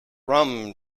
rum